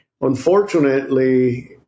Unfortunately